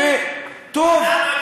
טוב,